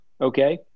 okay